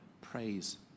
praise